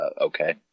okay